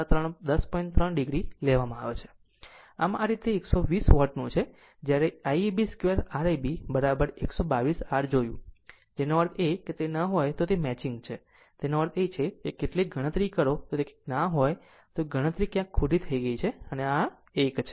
આમ તે આ જ રીતે 120 વોટનું છે આપણે Iab 2 R ab122 R જોયું એનો અર્થ એ કે જો તે ન હોય તો તે મેચિંગ છે તેનો અર્થ એ છે કે કેટલાંક ગણતરી કરે છે જો તે ક્યાંક ન હોય તો ગણતરી ક્યાંક ખોટી થઈ ગઈ છે આમ આ 1 છે